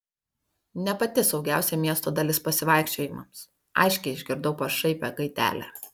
ne pati saugiausia miesto dalis pasivaikščiojimams aiškiai išgirdau pašaipią gaidelę